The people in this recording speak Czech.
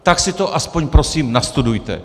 Tak si to aspoň prosím nastudujte!